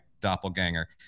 doppelganger